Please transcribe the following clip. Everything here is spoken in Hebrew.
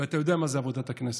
ואתה יודע מה זה עבודת הכנסת.